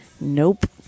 Nope